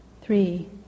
Three